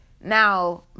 Now